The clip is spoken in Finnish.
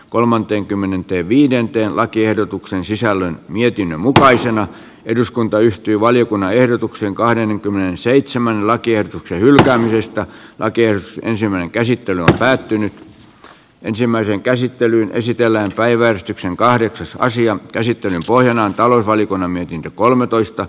kolmanteenkymmenenteen viidenteen lakiehdotuksen sisällön mietinnön mukaisena eduskunta yhtyi valiokunnan ehdotuksen kahdenkymmenenseitsemän lakien hylkäämistä lakers ensimmäinen käsittely on päättynyt ensimmäinen käsittely esitellään päiväystyksen kahdeksasta asian käsittelyn pohjana on talousvaliokunnan ei muuta